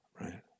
Right